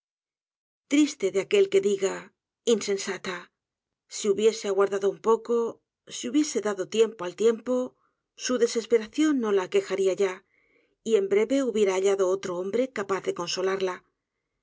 triste de aquel que diga insensata si hubiese aguardado un poco si hubiese dado tiempo al tiempo su desesperación no la aquejada ya y en breve hubiera hallado otro hombre capaz de consolarla